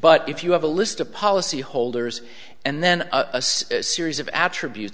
but if you have a list of policy holders and then a series of attributes